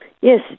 yes